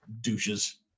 douches